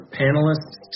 panelists